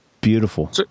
Beautiful